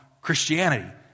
Christianity